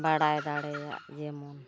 ᱵᱟᱲᱟᱭ ᱫᱟᱲᱮᱭᱟᱜ ᱡᱮᱢᱚᱱ